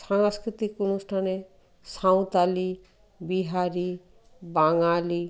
সাংস্কৃতিক অনুষ্ঠানে সাঁওতালি বিহারী বাঙালি